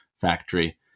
factory